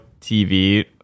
tv